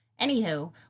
Anywho